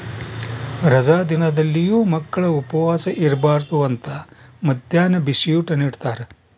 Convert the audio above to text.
ರಜಾ ದಿನದಲ್ಲಿಯೂ ಮಕ್ಕಳು ಉಪವಾಸ ಇರಬಾರ್ದು ಅಂತ ಮದ್ಯಾಹ್ನ ಬಿಸಿಯೂಟ ನಿಡ್ತಾರ